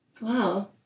Wow